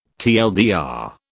TLDR